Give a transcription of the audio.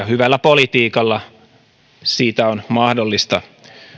hyvällä politiikalla siitä on mahdollista